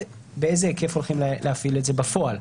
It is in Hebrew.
באיזה היקף הולכים להפעיל את זה בפועל?